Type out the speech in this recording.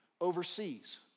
overseas